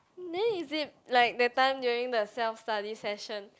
then is it like that time during the self study session